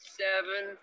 seven